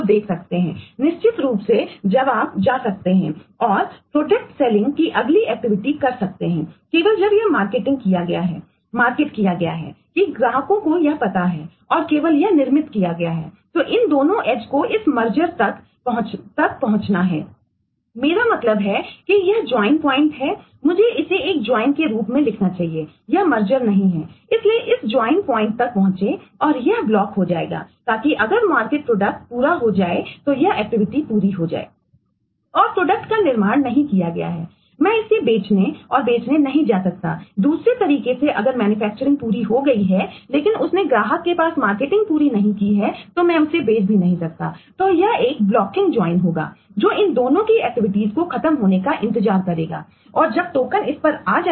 देखो तो यह फोर्किंगपूरी हो जाए